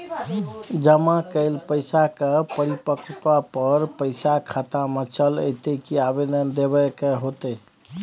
जमा कैल पैसा के परिपक्वता पर पैसा खाता में चल अयतै की आवेदन देबे के होतै?